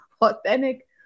authentic